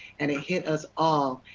and hit us all,